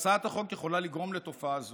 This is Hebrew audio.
הצעת החוק יכולה לגרום לתופעה של